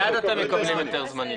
אחרי 14 ימים מקבלים רישיון.